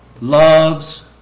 loves